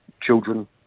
children